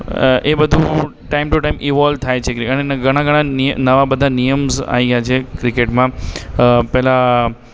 અ એ બધું time to time evolve થાય છે ક્રિ અને ઘણા ઘણા નિય નવા બધા નિયમ્સ આવી ગયા છે ક્રિકેટમાં આ પહેલાં